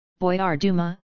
Boyarduma